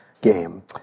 game